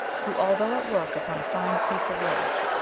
who, although at work upon a fine piece of lace,